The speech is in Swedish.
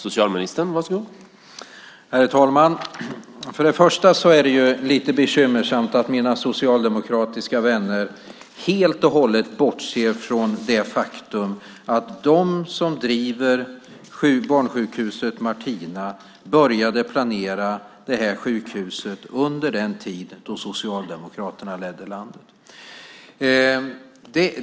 Herr talman! Först är det lite bekymmersamt att mina socialdemokratiska vänner helt och hållet bortser från det faktum att de som driver Barnsjukhuset Martina började planera detta sjukhus under den tid då Socialdemokraterna ledde landet.